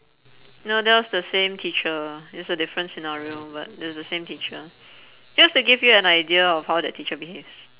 no that was the same teacher it was a different scenario but it's the same teacher just to give you an idea of how that teacher behaves